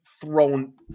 thrown